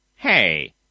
Hey